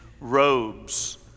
robes